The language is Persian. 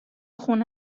خونه